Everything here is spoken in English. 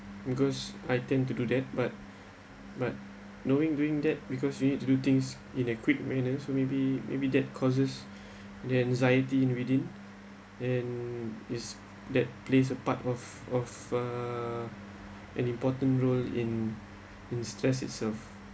because I tend to do that but but knowing doing that because you need to do things in a quick minute and so maybe maybe that causes the anxiety in within and is that plays a part of of uh an important role in in stress itself